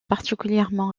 particulièrement